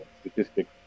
statistics